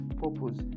purpose